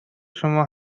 شما